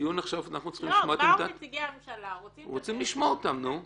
אנחנו רוצים לשמוע את